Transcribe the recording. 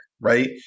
right